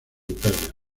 italia